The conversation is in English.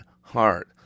heart